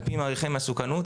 לדעת מעריכי מסוכנות,